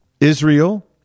Israel